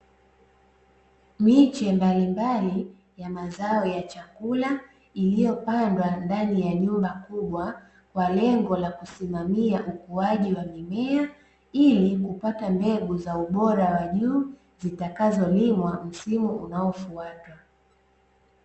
Miche mbalimbali ya mazao ya chakula iliyopandwa ndani jumba kubwa kwa lengo la kusimamia ukuaji wa mimea, ili kupata mbegu za ubora wa juu zitakazolimwa msimu unaofuata.